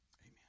Amen